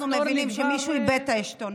כבר, אנחנו מבינים שמישהו איבד את העשתונות.